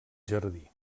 jardí